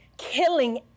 killing